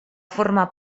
formar